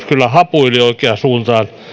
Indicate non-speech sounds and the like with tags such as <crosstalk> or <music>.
<unintelligible> kyllä hapuili oikeaan suuntaan